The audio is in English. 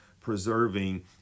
preserving